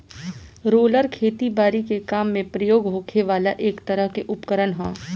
roller खेती बारी के काम में प्रयोग होखे वाला एक तरह के उपकरण ह